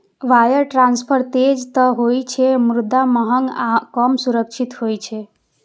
wire transfer तेज तं होइ छै, मुदा महग आ कम सुरक्षित होइ छै